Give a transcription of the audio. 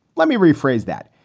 let me rephrase that.